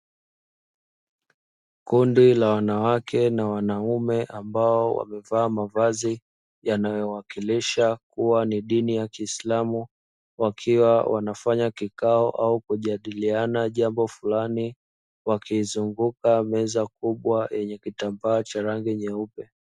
Kundi la wanawake kwa wanaume ambao wamevaa mavazi yanayowakilisha kuwa ni dini ya kiislamu, wakiwa wanafanya kikao au kujadiliana jambo fulani. Wakizunguka meza kubwa yenye kitambaa cha rangi nyeupe.